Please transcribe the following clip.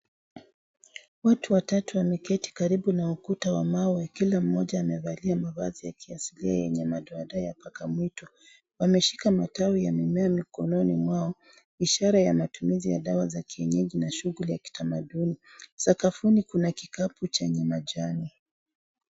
Watu watatu wameketi karibu na ukuta wa mawe, kila mmoja amevalia mavazi ya kiasilia yenye madoadoa ya paka mwitu. Wameshika matawi ya mimea mikononi mwao, ishara ya matumizi ya dawa za kienyeji na shughuli ya kitamaduni. Sakafuni kuna kikapu chenye majani.